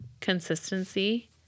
consistency